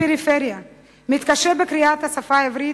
בפריפריה מתקשה בקריאת השפה העברית,